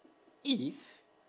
if